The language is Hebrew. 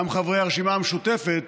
גם חברי הרשימה המשותפת,